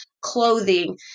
clothing